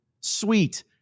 Sweet